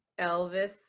elvis